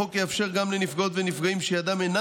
החוק יאפשר גם לנפגעות ונפגעים שידם אינה